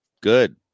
Good